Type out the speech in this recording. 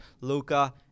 luca